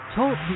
Talk